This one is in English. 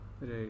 Right